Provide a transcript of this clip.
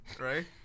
right